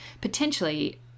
potentially